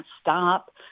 stop